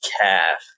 calf